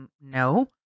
no